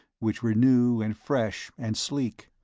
which were new and fresh and sleek.